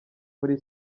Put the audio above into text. muri